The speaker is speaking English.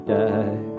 die